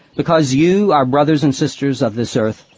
because you, our brothers and sisters of this earth,